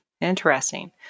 Interesting